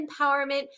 empowerment